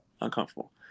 uncomfortable